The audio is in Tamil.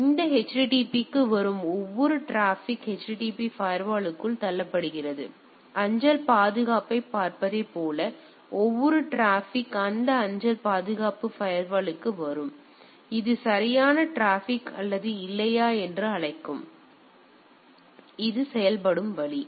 எனவே இந்த HTTP க்கு வரும் ஒவ்வொரு டிராபிக் HTTP ஃபயர்வாலுக்குள் தள்ளப்படுகிறது அஞ்சல் பாதுகாப்பைப் பார்ப்பதைப் போல ஒவ்வொரு டிராபிக் அந்த அஞ்சல் பாதுகாப்பு ஃபயர்வாலுக்கு வரும் இது சரியான டிராபிக் அல்லது இல்லையா என்று அழைக்கும் எனவே அது செயல்படும் வழி